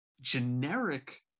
generic